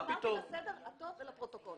אמרתי למען הסדר הטוב ולפרוטוקול.